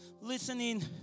listening